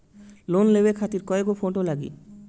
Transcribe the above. Loan लेवे खातिर कै गो फोटो लागी?